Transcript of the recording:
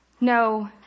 no